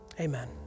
Amen